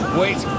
wait